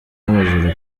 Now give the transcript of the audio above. n’abajura